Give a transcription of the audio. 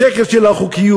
השקר של החוקיות,